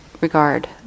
regard